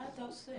מה אתה עושה?